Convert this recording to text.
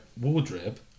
wardrobe